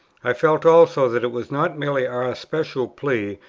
i felt also that it was not merely our special plea,